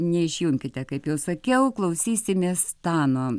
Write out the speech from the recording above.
neišjunkite kaip jau sakiau klausysimės stano